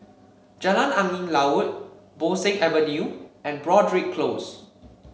Jalan Angin Laut Bo Seng Avenue and Broadrick Close